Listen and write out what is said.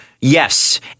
Yes